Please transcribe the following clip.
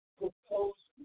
proposed